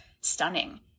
stunning